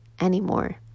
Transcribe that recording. anymore